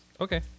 Okay